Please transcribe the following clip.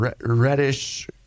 reddish